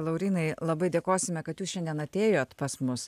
laurynai labai dėkosime kad jūs šiandien atėjot pas mus